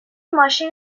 ماشین